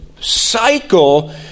cycle